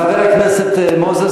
חבר הכנסת מוזס,